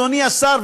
אדוני השר,